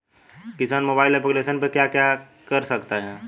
किसान mobile application पे क्या क्या कर सकते हैं?